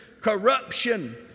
Corruption